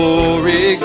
Glory